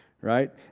Right